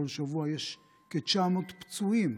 יש כ-900 פצועים